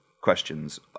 questions